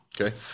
Okay